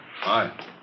Hi